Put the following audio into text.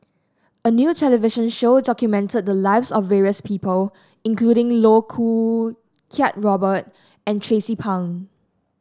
a new television show documented the lives of various people including Loh Choo Kiat Robert and Tracie Pang